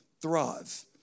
thrive